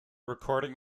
recording